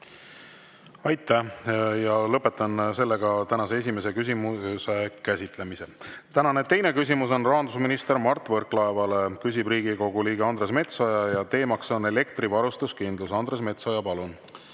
Aitäh! Lõpetan tänase esimese küsimuse käsitlemise. Tänane teine küsimus on rahandusminister Mart Võrklaevale. Küsib Riigikogu liige Andres Metsoja ja teemaks on elektrivarustuskindlus. Andres Metsoja, palun!